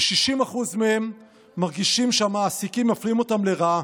ו-60% מהם מרגישים שהמעסיקים מפלים אותם לרעה.